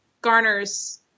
garners